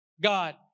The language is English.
God